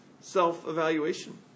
self-evaluation